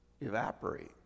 evaporate